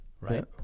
right